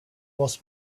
was